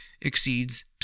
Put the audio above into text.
exceeds